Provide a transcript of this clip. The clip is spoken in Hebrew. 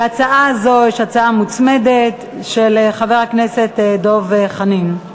להצעה זו יש הצעה מוצמדת של חבר הכנסת דב חנין.